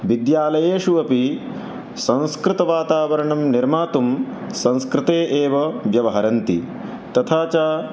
विद्यालयेषु अपि संस्कृतवातावरणं निर्मातुं संस्कृते एव व्यवहरन्ति तथा च